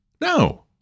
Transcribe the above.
No